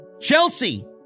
Chelsea